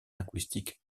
linguistique